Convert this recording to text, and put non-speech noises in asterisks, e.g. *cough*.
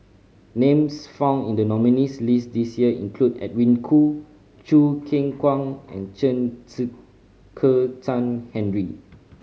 names found in the nominees' list this year include Edwin Koo Choo Keng Kwang and Chen *unintelligible* Kezhan Henri